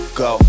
go